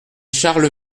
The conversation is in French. charles